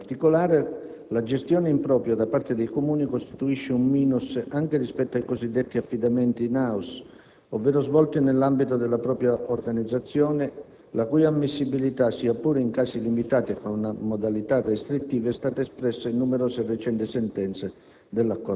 In particolare, la gestione in proprio da parte dei Comuni costituisce un *minus* anche rispetto ai cosiddetti affidamenti *in house*, ovvero svolti nell'ambito della propria organizzazione, la cui ammissibilità, sia pure in casi limitati e con modalità restrittive, è stata espressa in numerose e recenti sentenze